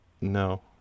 No